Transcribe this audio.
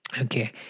okay